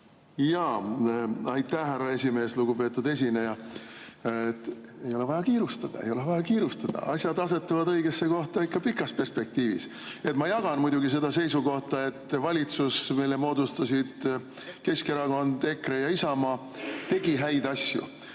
Aitäh, härra esimees! Lugupeetud esineja! Ei ole vaja kiirustada! Ei ole vaja kiirustada, asjad asetuvad õigesse kohta ikka pikas perspektiivis. Ma jagan muidugi seda seisukohta, et valitsus, mille moodustasid Keskerakond, EKRE ja Isamaa, tegi häid asju